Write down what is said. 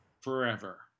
Forever